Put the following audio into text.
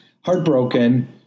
heartbroken